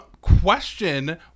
Question